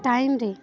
ଟାଇମ୍ରେ